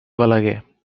balaguer